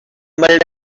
mumbled